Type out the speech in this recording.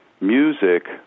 music